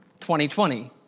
2020